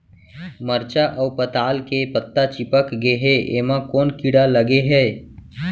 मरचा अऊ पताल के पत्ता चिपक गे हे, एमा कोन कीड़ा लगे है?